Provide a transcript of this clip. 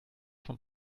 von